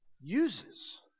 uses